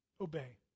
Obey